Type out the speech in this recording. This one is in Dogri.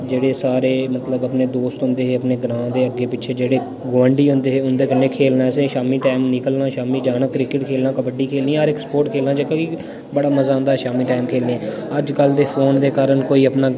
जेह्ड़े सारे मतलब अपने दोस्त होंदे हे अपने ग्रांऽ दे अग्गे पिच्छे जेह्ड़े ग्वांडी होंदे हे उं'दे कन्नै खेलना असें शामी टैम निकलना शामी जाना क्रिकेट खेलना कबड्डी खेलनी हर इक स्पोर्ट खेलना जेह्का कि बड़ा मज़ा औंदा हा शामी टैम खेलने अज्जकल ते फोन दे कारण कोई अपना